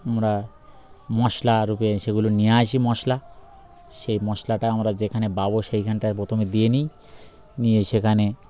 আমরা মশলার নিয়ে আছি মশলা সেই মশলাটা আমরা যেখানে পাব সেইখানটায় প্রথমে দিয়ে নিই নিয়ে সেখানে